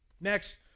Next